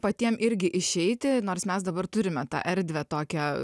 patiem irgi išeiti nors mes dabar turime tą erdvę tokią